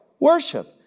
Worship